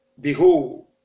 behold